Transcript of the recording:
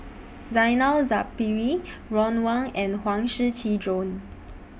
Zainal Sapari Ron Wong and Huang Shiqi Joan